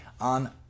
on